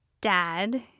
dad